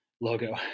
logo